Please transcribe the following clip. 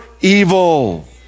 evil